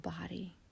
body